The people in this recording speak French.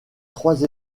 trois